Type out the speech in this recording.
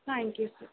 thank you